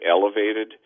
elevated